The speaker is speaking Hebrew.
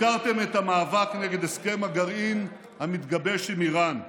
הפקרתם את המאבק נגד הסכם הגרעין המתגבש עם איראן.